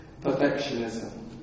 perfectionism